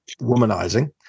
womanizing